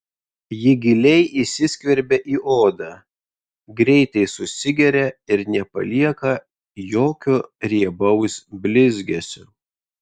ji giliai įsiskverbia į odą greitai susigeria ir nepalieka jokio riebaus blizgesio